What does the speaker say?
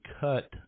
cut